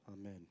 Amen